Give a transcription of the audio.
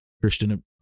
Christian